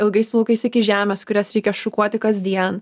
ilgais plaukais iki žemės kurias reikia šukuoti kasdien